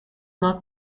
not